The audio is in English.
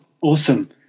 awesome